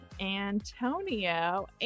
Antonio